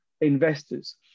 investors